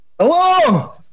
Hello